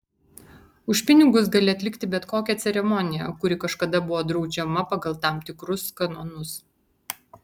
už pinigus gali atlikti bet kokią ceremoniją kuri kažkada buvo draudžiama pagal tam tikrus kanonus